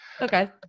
Okay